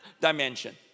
dimension